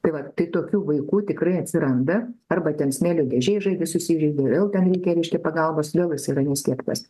tai va tai tokių vaikų tikrai atsiranda arba ten smėlio dėžėj žaidė susižeidė vėl ten reikia reiškia pagalbos vėl jisai yra naskiepytas